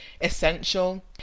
essential